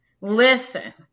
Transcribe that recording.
listen